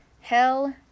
hell